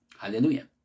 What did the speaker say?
Hallelujah